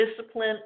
discipline